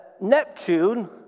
Neptune